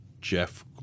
Jeff